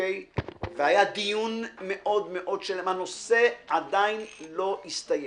והיה דיון מאוד מאוד הנושא עדיין לא הסתיים.